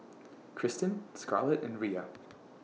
Kristan Scarlett and Riya